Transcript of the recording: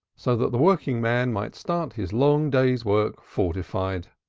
so that the workingman might start his long day's work fortified.